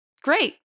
Great